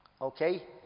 Okay